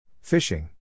Fishing